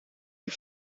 die